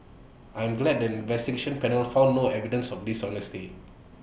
I am glad that investigation panel found no evidence of dishonesty